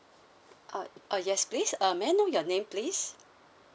uh oh yes please uh may I know your name please